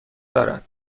دارد